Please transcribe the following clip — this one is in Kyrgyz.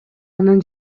анын